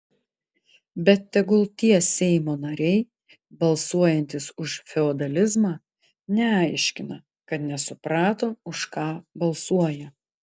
bet tegul tie seimo nariai balsuojantys už feodalizmą neaiškina kad nesuprato už ką balsuoja